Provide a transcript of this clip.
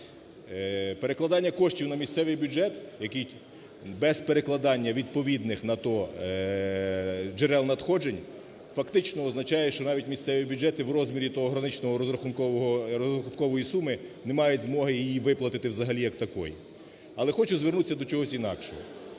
Перекладання коштів на місцевий бюджет, який без перекладання відповідних на то джерел надходжень фактично означає, що навіть місцеві бюджети в розмірі того граничної розрахункової суми не мають змоги її виплатити взагалі як такої. Але хочу звернутися до чогось інакшого.